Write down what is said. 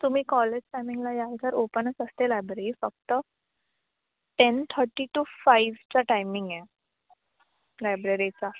तुम्ही कॉलेज टायमिंगला याल तर ओपनच असते लायब्ररी फक्त टेन थर्टी टू फाईव्हचा टायमिंग आहे लायब्ररीचा